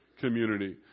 community